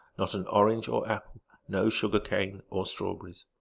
not an orange or apple no sugar-cane or strawberries.